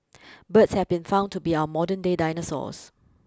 birds have been found to be our modern day dinosaurs